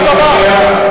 סליחה?